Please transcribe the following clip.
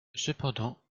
cependant